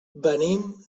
venim